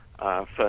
first